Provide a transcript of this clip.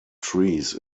trees